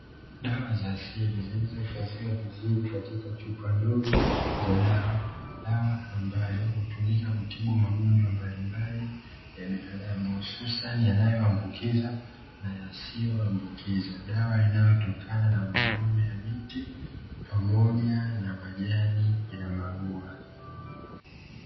Dawa za asili zilizohifadhiwa vizuri katika chupa ndogo za dawa, dawa ambayo hutumika kutibu magonjwa mbalimbali ya binadamu, hususani yanayoambukiza na yasiyo ambukiza. Dawa inayotokana na magome ya miti pamoja na majani ya maua.